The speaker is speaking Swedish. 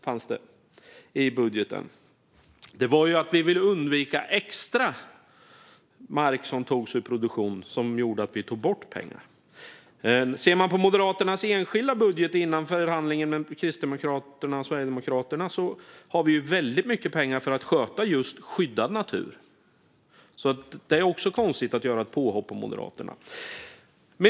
Vi tog bort pengar för att undvika att extra mark skulle tas ur produktion. I Moderaternas enskilda budget, som vi lade fram före förhandlingen med Kristdemokraterna och Sverigedemokraterna, har vi väldigt mycket pengar för att sköta just skyddad natur. Där är det också konstigt att göra ett påhopp på Moderaterna.